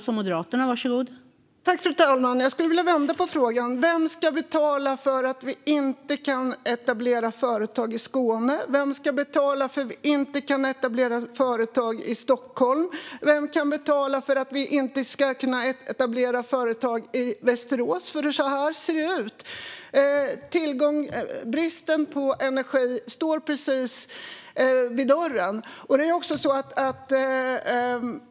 Fru talman! Jag skulle vilja vända på frågan: Vem ska betala för att vi inte kan etablera företag i Skåne, Stockholm eller Västerås? Det är ju så det ser ut: Bristen på energi står precis framför dörren.